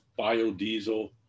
biodiesel